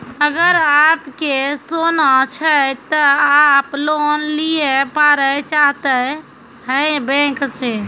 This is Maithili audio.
अगर आप के सोना छै ते आप लोन लिए पारे चाहते हैं बैंक से?